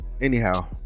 anyhow